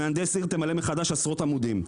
למהנדס עיר תמלא מחדש עשרות עמודים?